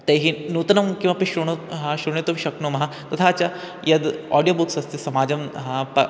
तैः नूतनं किमपि शृणु हा श्रोतुं शक्नुमः तथा च यद् आडियो बुक्स् अस्ति समाजं हा प